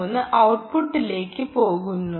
3 ഔട്ട്പുട്ട്ലേക്ക് പോകുന്നു